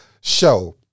show